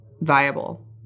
viable